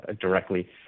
directly